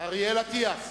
אריאל אטיאס